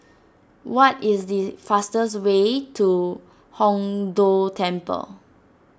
what is the fastest way to Hong Tho Temple